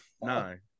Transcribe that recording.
nine